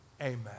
Amen